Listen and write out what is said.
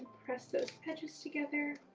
press those edges together.